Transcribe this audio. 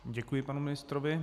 Děkuji panu ministrovi.